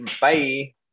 bye